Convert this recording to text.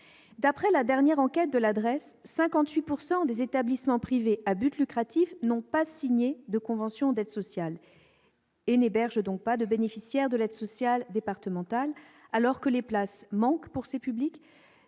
D'après la dernière enquête de la DREES, 58 % des établissements privés à but lucratif n'ont pas signé de convention d'aide sociale : ils n'hébergent donc pas de bénéficiaires de l'aide sociale départementale, alors que les places manquent pour ces publics,